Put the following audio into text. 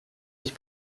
ich